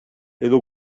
edo